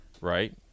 right